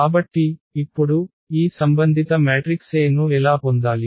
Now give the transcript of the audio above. కాబట్టి ఇప్పుడు ఈ సంబంధిత మ్యాట్రిక్స్ A ను ఎలా పొందాలి